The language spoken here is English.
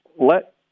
let